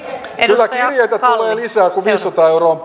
kyllä kirjeitä tulee lisää kun viisisataa euroa on